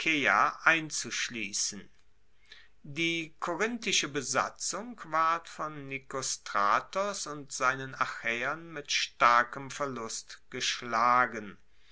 einzuschliessen die korinthische besatzung ward von nikostratos und seinen achaeern mit starkem verlust geschlagen